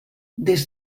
des